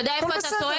אתה יודע איפה אתה טועה?